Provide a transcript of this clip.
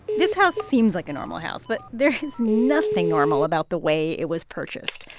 this house seems like a normal house, but there is nothing normal about the way it was purchased.